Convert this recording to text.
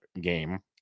game